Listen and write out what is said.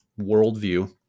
worldview